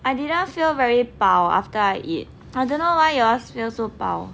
I didn't feel very 饱 after I eat I don't know why y'all feel so 饱